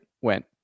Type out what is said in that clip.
went